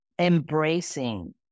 embracing